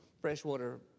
freshwater